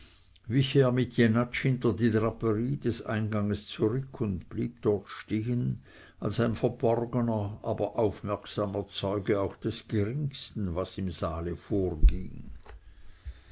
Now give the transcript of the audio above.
hinter die draperie des einganges zurück und blieb dort stehen als ein verborgener aber aufmerksamer zeuge auch des geringsten was im saale vorging